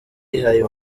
yihaye